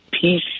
peace